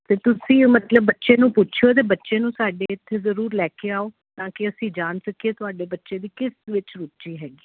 ਅਤੇ ਤੁਸੀਂ ਅ ਮਤਲਬ ਬੱਚੇ ਨੂੰ ਪੁੱਛੋ ਅਤੇ ਬੱਚੇ ਨੂੰ ਸਾਡੇ ਇੱਥੇ ਜ਼ਰੂਰ ਲੈ ਕੇ ਆਓ ਤਾਂ ਕਿ ਅਸੀਂ ਜਾਣ ਸਕੀਏ ਤੁਹਾਡੇ ਬੱਚੇ ਦੀ ਕਿਸ ਵਿੱਚ ਰੁਚੀ ਹੈਗੀ